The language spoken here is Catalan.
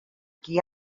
qui